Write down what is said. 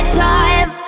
time